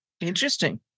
Interesting